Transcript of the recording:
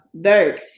Dirk